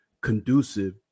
conducive